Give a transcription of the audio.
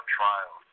trial